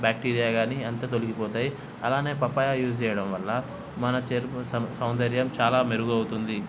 bacteria కాని అంత తొలగిపోతాయి అలానే పప్పయ్య యూస్ చేయడం వల్ల మన చర్మ సమ సౌందర్యం చాలా మెరుగు అవుతుంది